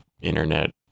internet